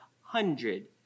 hundred